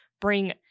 bring